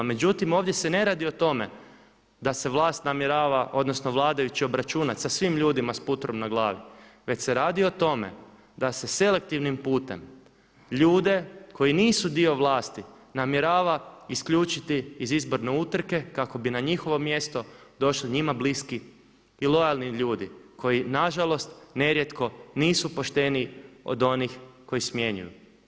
Međutim, ovdje se ne radi o tome da se vlast namjerava, odnosno vladajući obračunati sa svim ljudima sa putrom na glavi, već se radi o tome da se selektivnim putem ljude koji nisu dio vlasti namjerava isključiti iz izborne utrke kako bi na njihovo mjesto došli njima bliski i lojalni ljudi, koji nažalost nerijetko nisu pošteniji od onih koji smjenjuju.